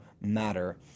matter